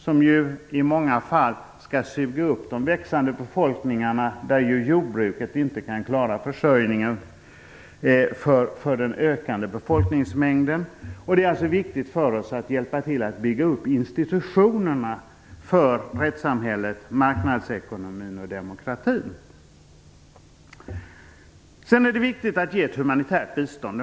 De skall i många fall suga upp de växande befolkningarna när jordbruket inte kan klara försörjningen för den ökande befolkningsmängden. Det är viktigt för oss att hjälpa till att bygga upp institutionerna för rättssamhället, marknadsekonomin och demokratin. Det är också viktigt att ge ett humanitärt bistånd.